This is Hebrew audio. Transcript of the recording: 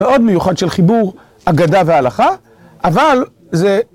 מאוד מיוחד של חיבור אגדה והלכה, אבל זה...